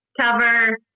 cover